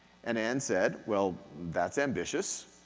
and ann said well, that's ambitious.